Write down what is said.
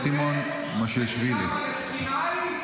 מה שאתה רוצה, מדינה פלסטינית?